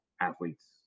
athlete's